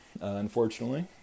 unfortunately